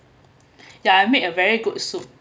yeah I made a very good soup